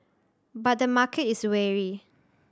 but the market is wary